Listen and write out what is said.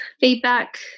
feedback